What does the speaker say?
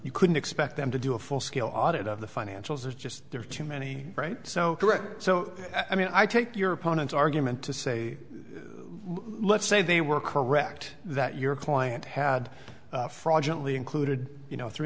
you couldn't expect them to do a full scale audit of the financials there's just there are too many right so correct so i mean i take your opponent's argument to say let's say they were correct that your client had fraud generally included you know three